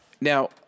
now